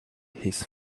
his